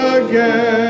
again